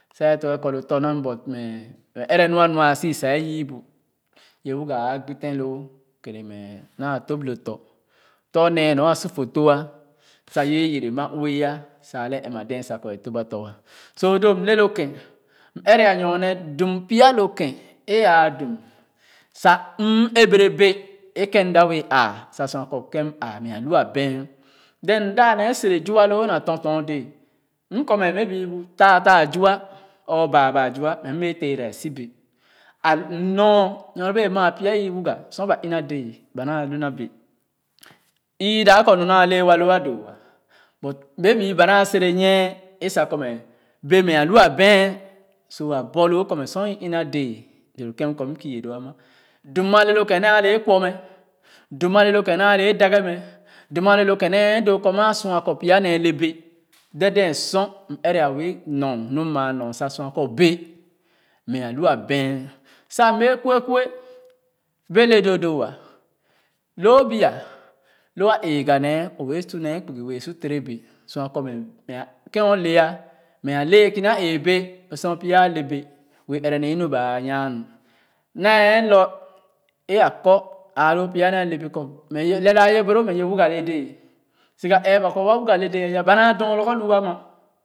Sa ye tɔrge kɔ lo tɔ̃ nam but ɛrɛ nu a nua sa suu sa e yii bu ye wuga aa agbu tèn loo kene-mɛ naa tōp lo tɔ̃ tɔ̃ nee nor a su fo to sa ye yere ma ue sa a le en-ma dee sa kɔ e tōp ba to so lo m le lo kèn ɛrɛ a nyorne dum dum pya lo kèn āa e a dum sa m ɛbɛrɛ bɛ e kèn m da wɛɛ āā sa sua kɔ kèn m āā mɛ a lu a bean then m dap nee sere zua loo na tɔn tɔn dɛɛ m kɔ mɛ may be taa taa zua or baa baa zua m bɛɛ teera su bɛ alu m nɔr nyor bee maa pya i wuga sor ba una dɛɛ ba naa na bɛ ii da kɔ nu naa lee wa loo a do ah but bèè bu ba naa sere nyie sa kɔ mɛ bɛ mɛ a lua a a bean so a borloo kɔ me sor ina dɛɛ doo doo kèn m kɔ m kii do a ma dum a ale lo kèn naa le edage mɛ dum a le lo kèn nee doo kɔ maa sua kɔ pya nee le bɛ dèdèn sor m ɛrɛ a wɛɛ nor nu maa nɔ̃r sa sua kɔ bɛ mɛ a lu a bean sa m bee kuɛ kuɛ bɛ le doo doo-wa loo bu-ah lo a ɛgah nee o buɛɛ su nee kpugi bee su ture bɛ sua kɔ mɛ eh kèn o leah mɛ a le kina ee bɛ lo sor pya a le bɛ wɛɛ ɛrɛ nee inu baa nyaa nu nee ɛɛ lor e a kɔ āā loo pya nee a le bɛ kɔ mɛ ye wo lɛɛra ye boro mɛ ye wuga le dēē suga ɛɛ wa wuga le dēē a ba naa dɔ koragor nu wa na. aa